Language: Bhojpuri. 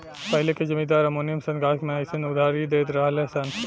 पहिले के जमींदार आ मुनीम सन गाछ मे अयीसन उधारी देत रहलन सन